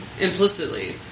implicitly